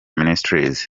ministries